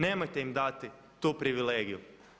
Nemojte im dati tu privilegiju.